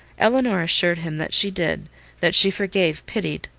elinor assured him that she did that she forgave, pitied,